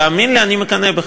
תאמין לי, אני מקנא בך.